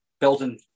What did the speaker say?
building